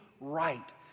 right